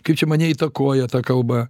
kaip čia mane įtakoja ta kalba